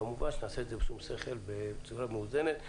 כמובן שנעשה זאת בשום שכל ובצורה מאוזנת.